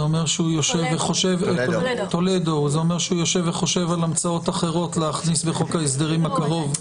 זה אומר שהוא יושב וחושב על המצאות אחרות להכניס בחוק ההסדרים הקרוב.